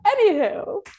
anywho